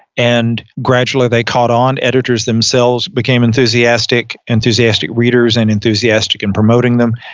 and gradually they caught on, editors themselves became enthusiastic, enthusiastic readers and enthusiastic in promoting them,